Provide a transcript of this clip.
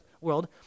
world